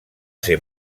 ser